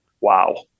wow